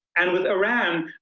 and with iran,